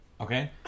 Okay